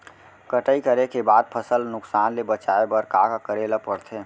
कटाई करे के बाद फसल ल नुकसान ले बचाये बर का का करे ल पड़थे?